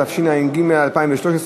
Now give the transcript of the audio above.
התשע"ג 2013,